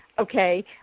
Okay